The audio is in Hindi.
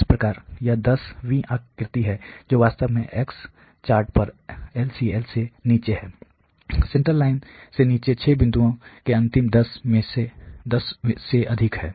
इस प्रकार यह 10 वीं आकृति है जो वास्तव में X चार्ट पर LCL से नीचे है सेंट्रल लाइन के नीचे 6 बिंदुओं के अंतिम 10 से अधिक है